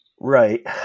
Right